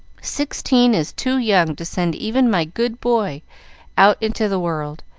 sixteen is too young to send even my good boy out into the world,